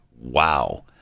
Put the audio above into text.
Wow